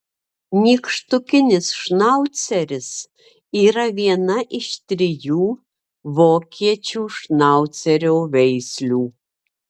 nykštukinis šnauceris yra viena iš trijų vokiečių šnaucerio veislių